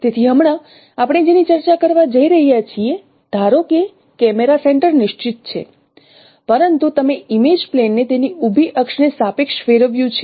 તેથી હમણાં આપણે જેની ચર્ચા કરવા જઈ રહ્યા છીએ ધારો કેકૅમેરા સેન્ટર નિશ્ચિત છે પરંતુ તમે ઈમેજ પ્લેન ને તેની ઉભી અક્ષને સાપેક્ષ ફેરવ્યું છે